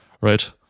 right